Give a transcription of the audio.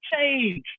change